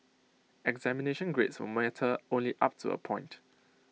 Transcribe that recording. examination grades will matter only up to A point